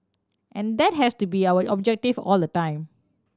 and that has to be our objective all the time